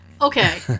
Okay